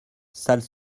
salle